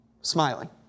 smiling